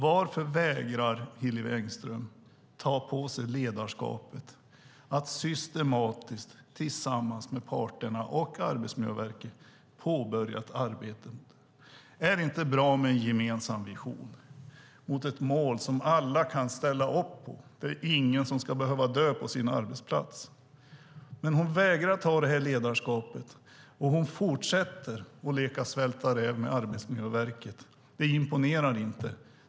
Varför vägrar Hillevi Engström ta på sig ledarskapet att systematiskt tillsammans med parterna och Arbetsmiljöverket påbörja arbetet? Är det inte bra med en gemensam vision mot ett mål som alla kan ställa upp på - att ingen ska behöva dö på sin arbetsplats? Hon vägrar att ta det ledarskapet, och hon fortsätter att leka svälta räv med Arbetsmiljöverket. Det imponerar inte.